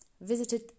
visited